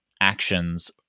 actions